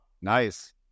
nice